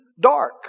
dark